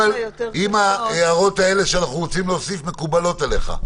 האם ההערות שלנו מקובלות עליך?